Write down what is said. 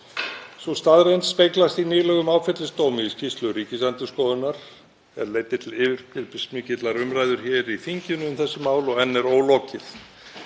Sú staðreynd speglast í nýlegum áfellisdóm í skýrslu Ríkisendurskoðunar er leiddi til yfirgripsmikillar umræðu hér í þinginu um þessi mál og er enn ólokið.